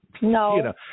No